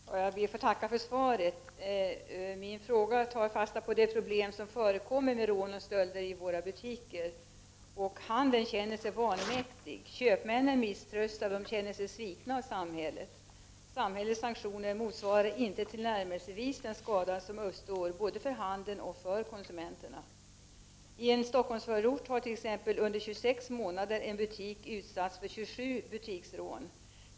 Herr talman! Jag ber att få tacka för svaret. I min fråga tar jag fasta på de problem som rån och stölder i våra butiker utgör. Inom handeln känner man sig vanmäktig. Köpmännen misströstar och upplever sig som svikna av samhället. Samhällets sanktioner motsvarar inte tillnärmelsevis den skada som uppstår både för handeln och för konsumenterna. I en Stockholmsförort har t.ex. under 26 månader en butik utsatts för 27 butiksrån.